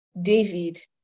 David